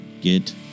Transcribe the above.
get